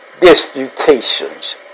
disputations